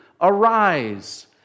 Arise